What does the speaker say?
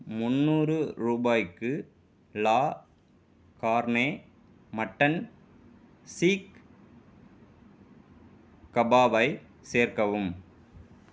முந்நூறு ரூபாய்க்கு லா கார்னே மட்டன் சீக் கபாபை சேர்க்கவும்